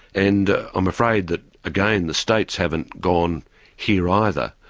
and i'm afraid that again the states haven't gone here either.